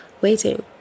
waiting